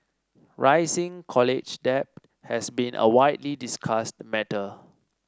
rising college debt has been a widely discussed matter